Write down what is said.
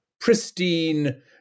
pristine